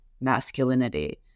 masculinity